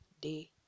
day